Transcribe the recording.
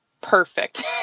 perfect